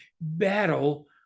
battle